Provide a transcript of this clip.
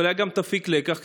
ואולי גם תפיק לקח,